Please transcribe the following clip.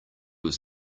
was